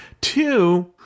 Two